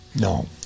No